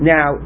Now